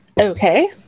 Okay